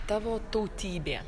tavo tautybė